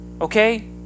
Okay